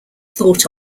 thought